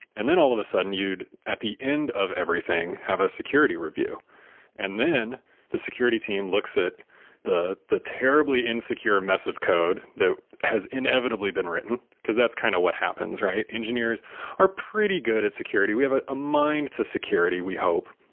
and then all of a sudden you'd at the end of everything have a security review and then the security team looks at the the terribly insecure mess of code that has inevitably been written, because that's kind of what happens, right? engineers are pretty good at security. we have ah a mind to security we hope,